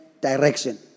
direction